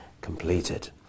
completed